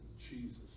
Jesus